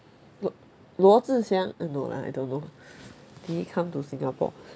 lu~ luo zhi xiang eh no lah I don't know did he come to Singapore